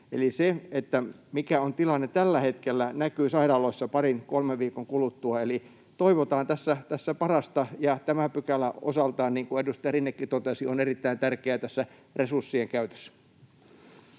se, mikä on tilanne tällä hetkellä, näkyy sairaaloissa parin kolmen viikon kuluttua. Eli toivotaan tässä parasta, ja tämä pykälä osaltaan, niin kuin edustaja Rinnekin totesi, on erittäin tärkeä tässä resurssien käytössä.